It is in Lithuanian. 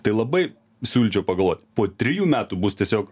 tai labai siūlyčiau pagalvot po trijų metų bus tiesiog